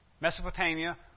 Mesopotamia